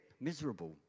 miserable